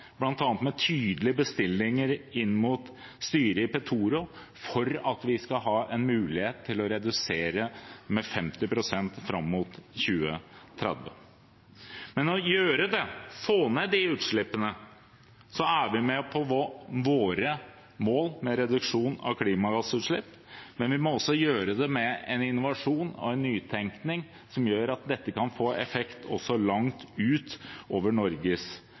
med tydelige bestillinger inn mot styret i Petoro, for at vi skal ha en mulighet til å redusere med 50 pst. fram mot 2030. Ved å gjøre det, få ned de utslippene, er vi med på våre mål om reduksjon av klimagassutslipp, men vi må gjøre det med en innovasjon og en nytenkning som gjør at dette kan få effekt også langt utover Norges